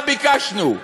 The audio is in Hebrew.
מה ביקשנו?